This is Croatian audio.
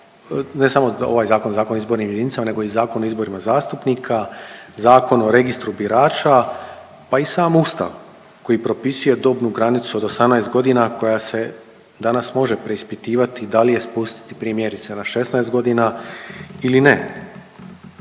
ne samo ovaj Zakon o izbornim jedinicama, nego i Zakon o izborima zastupnika, Zakon o registru birača, pa i sam Ustav koji propisuje dobnu granicu od 18 godina koja se danas može preispitivati da li je spustiti primjerice na 16 godina ili ne.